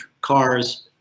cars